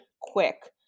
quick